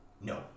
No